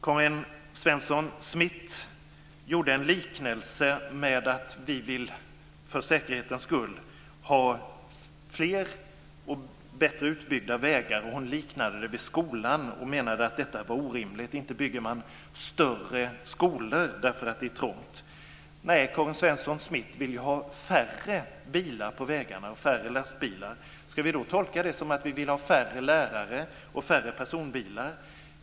Karin Svensson Smith gjorde en liknelse och talade om att vi för säkerhetens skull vill ha fler och bättre utbyggda vägar. Hon liknade det vid skolan och menade att detta var orimligt. Inte bygger man större skolor därför att det är trångt. Karin Svensson Smith vill ju ha färre bilar på vägarna och färre lastbilar. Ska vi tolka det som att ni vill ha färre lärare och färre personbilar?